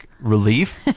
relief